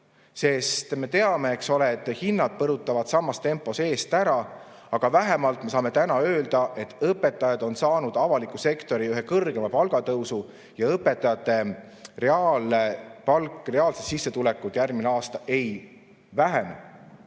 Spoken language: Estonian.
sest me teame, eks ole, et hinnad põrutavad samas tempos eest ära. Aga vähemalt me saame täna öelda, et õpetajad on saanud avaliku sektori ühe kõrgeima palgatõusu ja õpetajate reaalne palk, reaalsed sissetulekud järgmisel aastal ei vähene.